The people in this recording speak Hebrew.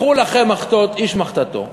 קחו לכם איש מחתתו,